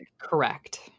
Correct